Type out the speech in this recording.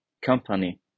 company